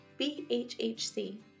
BHHC